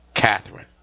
Catherine